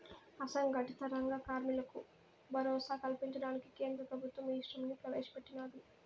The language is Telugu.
అసంగటిత రంగ కార్మికులకు భరోసా కల్పించడానికి కేంద్ర ప్రభుత్వం ఈశ్రమ్ ని ప్రవేశ పెట్టినాది